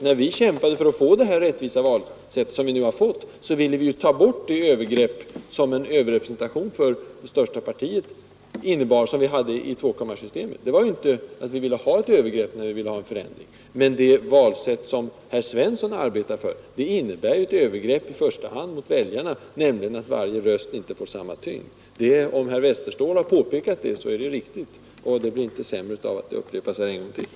När vi kämpade för det rättvisa valsätt som vi nu fått, var det för att ta bort det övergrepp i form av överrepresentation för det största partiet som vårt tvåkammarsystem innebar. Men det valsätt som herr Svensson arbetar för innebär ett övergrepp, i första hand mot väljarna, därför att varje röst inte får samma tyngd. Om herr Westerståhl påpekat det, har han rätt, och det blir inte sämre av att det upprepas en gång till.